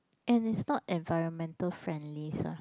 and it's not environmental friendly stuff